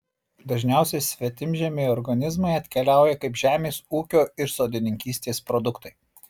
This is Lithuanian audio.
dažniausiai svetimžemiai organizmai atkeliauja kaip žemės ūkio ir sodininkystės produktai